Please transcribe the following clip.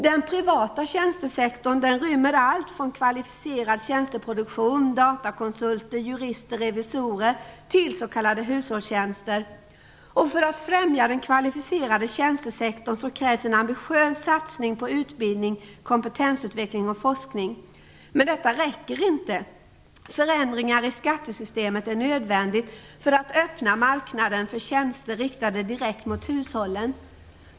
Den privata tjänstesektorn rymmer allt från kvalificerad tjänsteproduktion - datakonsulter, jurister, revisorer - till s.k. hushållstjänster. För att främja den kvalificerade tjänstesektorn krävs en ambitiös satsning på utbildning, kompetensutveckling och forskning. Men detta räcker inte. Förändringar i skattesystemet är nödvändiga för att öppna marknaden för tjänster riktade direkt mot hushållen.